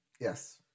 Yes